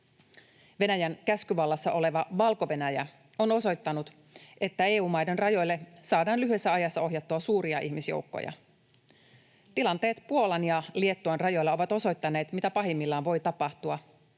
Venäjän käskyvallassa oleva Valko-Venäjä on osoittanut, että EU-maiden rajoille saadaan lyhyessä ajassa ohjattua suuria ihmisjoukkoja. Tilanteet Puolan ja Liettuan rajoilla ovat osoittaneet, mitä pahimmillaan voi tapahtua.